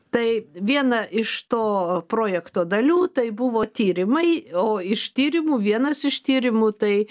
tai viena iš to projekto dalių tai buvo tyrimai o iš tyrimų vienas iš tyrimų tai